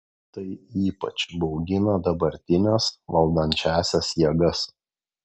tai ypač baugina dabartines valdančiąsias jėgas